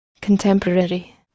Contemporary